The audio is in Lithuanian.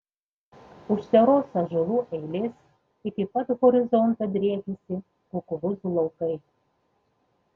už siauros ąžuolų eilės iki pat horizonto driekiasi kukurūzų laukai